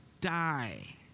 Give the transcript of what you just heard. die